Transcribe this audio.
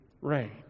rain